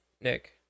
Nick